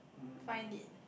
find it